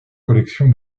collection